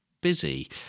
busy